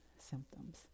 Symptoms